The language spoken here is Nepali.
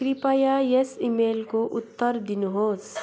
कृपया यस इमेलको उत्तर दिनुहोस्